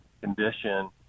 condition